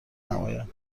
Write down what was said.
نمایم